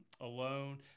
alone